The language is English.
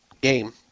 game